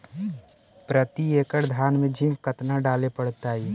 प्रती एकड़ धान मे जिंक कतना डाले पड़ताई?